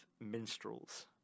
minstrels